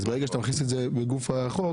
ברגע שאתה מכניס את זה לגוף החוק,